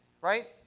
right